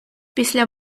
після